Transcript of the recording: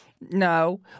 no